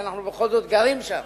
כי אנחנו בכל זאת גרים שם.